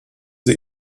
sie